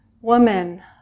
woman